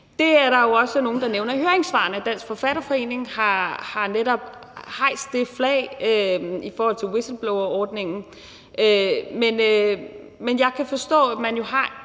Det er der jo også nogle der nævner i høringssvarene. Dansk Forfatterforening har netop hejst det flag i forhold til whistleblowerordningen. Men jeg kan forstå, at man jo har